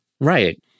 Right